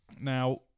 Now